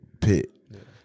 pit